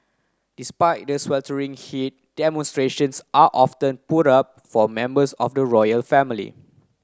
despite the sweltering heat demonstrations are often put up for members of the royal family